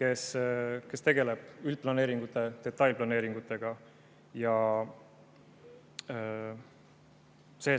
kes tegeleb üldplaneeringute ja detailplaneeringutega. Seal